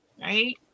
right